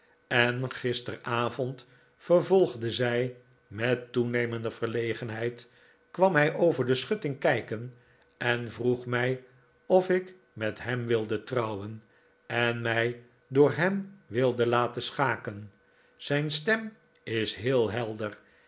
en gisteravond vervolgde zij met toenemende verlegenheid kwam hij over de schutting kijken en vroeg mij of ik met hem wilde trouwen en mij door hem wilde laten schaken zijn stem is heel helder